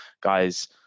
guys